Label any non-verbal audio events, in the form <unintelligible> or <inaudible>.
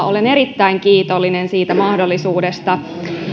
<unintelligible> olen erittäin kiitollinen siitä mahdollisuudesta